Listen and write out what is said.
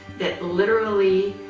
that literally